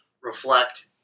reflect